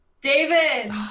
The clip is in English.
David